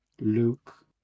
Luke